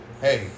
Hey